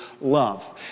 love